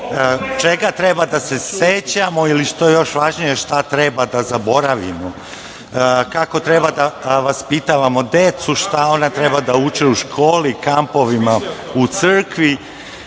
čega treba da se sećamo ili, što je još važnije, šta treba da zaboravimo, kako treba da vaspitavamo decu, šta ona treba da uče u školi, kampovima, u crkvi